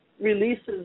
releases